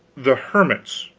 the hermits,